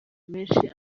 menshi